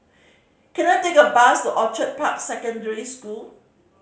can I take a bus to Orchid Park Secondary School